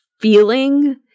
feeling